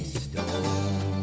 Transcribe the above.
stone